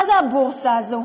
מה זה הבורסה הזאת?